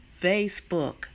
Facebook